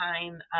time